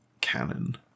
canon